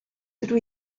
dydw